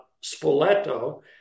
Spoleto